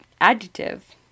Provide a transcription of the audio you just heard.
adjective